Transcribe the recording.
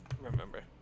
remember